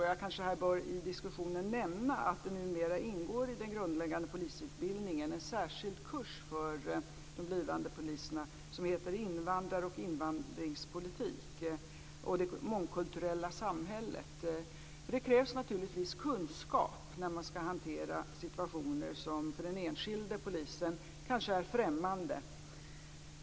Jag bör kanske i den här diskussionen nämna att det numera i den grundläggande polisutbildningen ingår en särskild kurs om invandrare, invandringspolitik och det mångkulturella samhället. Det krävs naturligtvis kunskap för hantering av situationer som för den enskilde polisen kanske är främmande.